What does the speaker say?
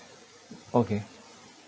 okay